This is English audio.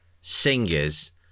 singers